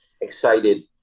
excited